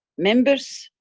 members,